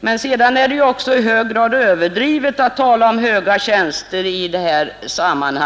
Vidare är det i hög grad överdrivet att tala om höga tjänster i detta fall.